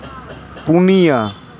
ᱯᱩᱱᱭᱟ